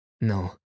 no